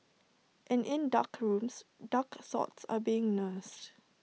and in dark rooms dark thoughts are being nursed